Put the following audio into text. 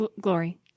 glory